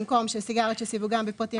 במקום "של סיגריות שסיווגם בפרטים